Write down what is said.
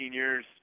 years